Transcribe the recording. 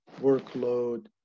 workload